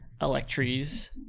electries